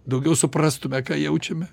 daugiau suprastume ką jaučiame